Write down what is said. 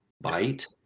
bite